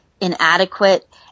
inadequate